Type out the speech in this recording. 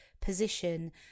position